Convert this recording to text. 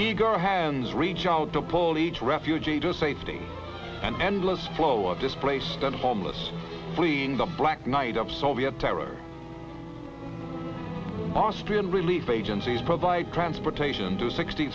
eager hands reach out to pull each refugee to safety an endless flow of displaced and homeless fleeing the black night of soviet terror austrian relief agencies provide transportation to sixty